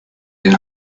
den